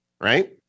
right